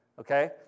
Okay